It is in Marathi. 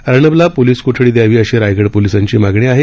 अर्णबला पोलीस कोठडी द्यावी अशी रायगड पोलिसांची मागणी आहे